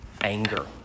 anger